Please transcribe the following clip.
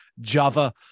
Java